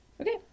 okay